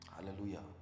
Hallelujah